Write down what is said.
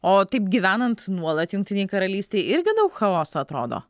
o taip gyvenant nuolat jungtinėj karalystėj irgi daug chaoso atrodo